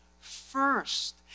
first